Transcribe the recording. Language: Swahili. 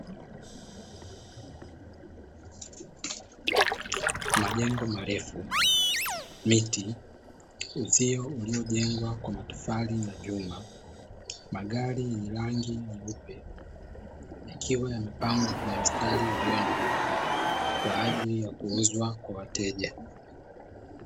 Majengo marefu, miti, uzio uliojengwa kwa matofali na vyuma, magari ya rangi nyeupe yakiwa yamepangwa kwenye mstari ulionyooka kwa ajili ya kuuzwa kwa wateja.